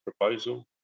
proposal